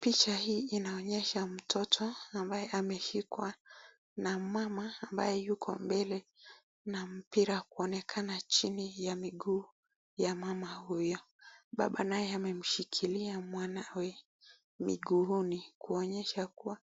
Picha hii inaonyesha mtoto ambaye ameshikwa na mama ambaye yuko mbele na mpira kuonekana chini ya miguu ya mama huyo baba naye amemshikilia mwanawe miguuni kuonyesha kuwa